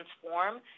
transform